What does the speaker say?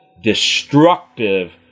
destructive